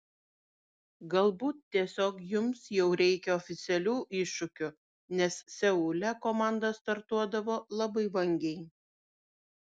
galbūt tiesiog jums jau reikia oficialių iššūkių nes seule komanda startuodavo labai vangiai